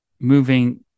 moving